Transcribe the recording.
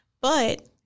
but-